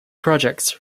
projects